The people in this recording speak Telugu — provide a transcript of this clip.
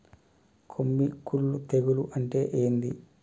కొమ్మి కుల్లు తెగులు అంటే ఏంది?